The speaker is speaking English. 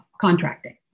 contracting